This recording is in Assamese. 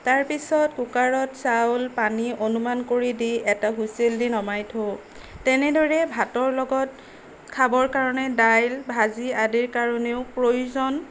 তাৰপিছত কুকাৰত চাউল পানী অনুমান কৰি দি এটা হুইচেল দি নমাই থওঁ তেনেদৰে ভাতৰ লগত খাবৰ কাৰণে দাইল ভাজি আদিৰ কাৰণেও প্ৰয়োজন